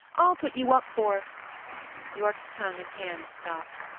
i'll put you up for yorke's tongue and hands stopped.